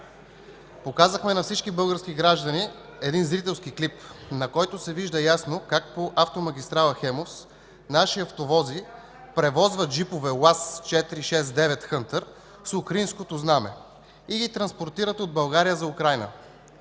показахме на всички български граждани един зрителски клип, на който се вижда ясно как по автомагистрала „Хемус” наши автовози превозват джипове „УАЗ – 469 Хънтър” с украинското знаме и ги транспортират от България за Украйна.